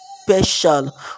special